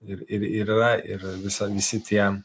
ir ir ir yra ir visa visi tie